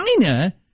China